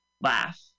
Laugh